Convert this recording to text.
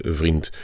vriend